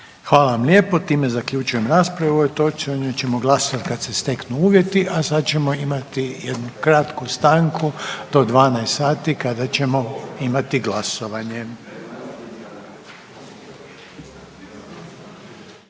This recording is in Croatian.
Hvala vam lijepo. Time zaključujem raspravu o ovoj točci. O njoj ćemo glasovati kad se steknu uvjeti. A sada ćemo imati jednu kratku stanku do 12,00 sati kada ćemo imati glasovanje.